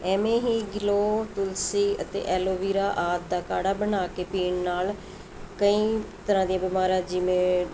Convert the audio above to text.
ਐਵੇਂ ਹੀ ਗਿਲੋ ਤੁਲਸੀ ਅਤੇ ਐਲੋਵੀਰਾ ਆਦਿ ਦਾ ਕਾੜ੍ਹਾ ਬਣਾ ਕੇ ਪੀਣ ਨਾਲ ਕਈ ਤਰ੍ਹਾਂ ਦੀਆਂ ਬਿਮਾਰੀਆਂ ਜਿਵੇਂ